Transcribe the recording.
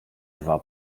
dwa